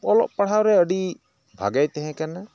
ᱚᱞᱚᱜ ᱯᱟᱲᱦᱟᱣᱨᱮ ᱟᱹᱰᱤ ᱵᱷᱟᱜᱮᱭ ᱛᱮᱦᱮᱸ ᱠᱟᱱᱟ